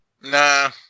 Nah